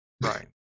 Right